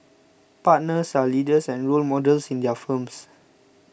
partners are leaders and role models in their firms